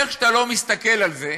איך שאתה לא מסתכל על זה,